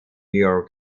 york